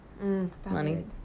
Money